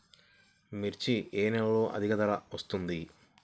మిర్చి ఏ నెలలో అధిక ధర వస్తుంది?